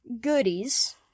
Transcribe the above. goodies